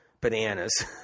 bananas